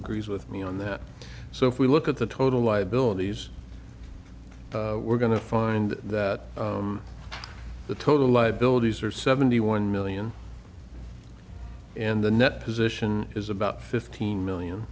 agrees with me on that so if we look at the total liabilities we're going to find that the total liabilities are seventy one million and the net position is about fifteen million